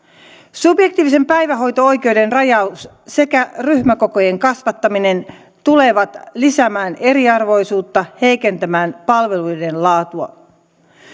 subjektiivisen päivähoito oikeuden rajaus sekä ryhmäkokojen kasvattaminen tulevat lisäämään eriarvoisuutta heikentämään palveluiden laatua yli